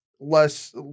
Less